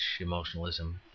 emotionalism